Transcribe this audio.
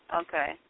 Okay